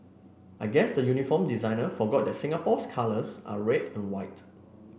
I guess the uniform designer forgot that Singapore's colours are red and white